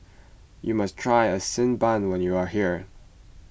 you must try Xi Ban when you are here